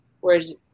whereas